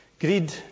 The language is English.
greed